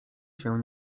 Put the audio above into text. się